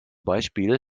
beispiel